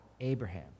Abraham